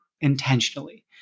intentionally